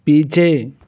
पीछे